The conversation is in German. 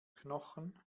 knochen